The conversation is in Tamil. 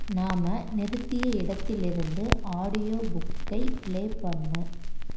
நாம் நிறுத்திய இடத்தில் இருந்து ஆடியோ புக்கை ப்ளே பண்ணு